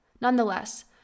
Nonetheless